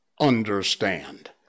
understand